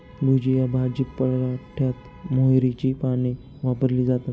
भुजिया भाजी पराठ्यात मोहरीची पाने वापरली जातात